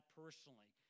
personally